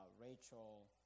Rachel